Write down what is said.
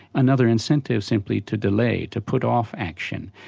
another incentive simply to delay, to put off action.